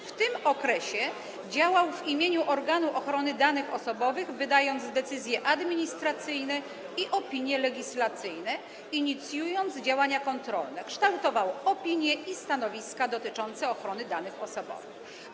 W tym okresie działał w imieniu organu ochrony danych osobowych, wydając decyzje administracyjne i opinie legislacyjne, inicjując działania kontrolne, kształtował opinie i stanowiska dotyczące ochrony danych osobowych.